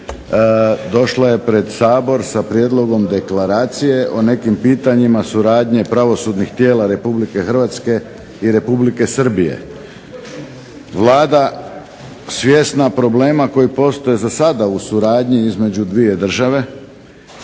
došla je pred Sabor sa prijedlogom Deklaracije o nekim pitanjima suradnje pravosudnih tijela Republike Hrvatske i Republike Srbije. Vlada svjesna problema koji postoje zasada u suradnji između dvije države,